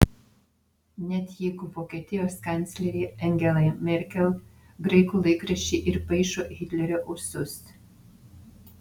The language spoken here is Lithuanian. net jeigu vokietijos kanclerei angelai merkel graikų laikraščiai ir paišo hitlerio ūsus